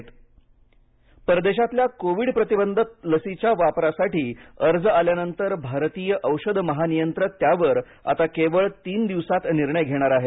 परदेशी लसी परदेशातल्या कोविड प्रतिबंधक लसींच्या वापरासाठी अर्ज आल्यानंतर भारतीय औषध महानियंत्रक त्यावर आता केवळ तीन दिवसात निर्णय घेणार आहे